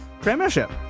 Premiership